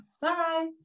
bye